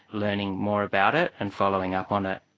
learning more about it and following up on it.